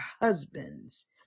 husbands